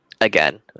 again